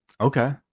Okay